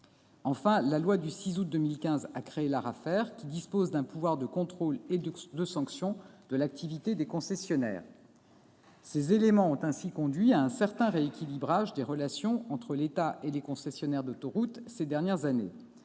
Enfin, la loi du 6 août 2015 a créé l'Arafer, qui dispose d'un pouvoir de contrôle et de sanction de l'activité des concessionnaires. Ces éléments ont conduit, ces dernières années, à un certain rééquilibrage des relations entre l'État et les concessionnaires d'autoroutes. S'agissant